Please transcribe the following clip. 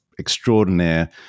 extraordinaire